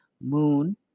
moon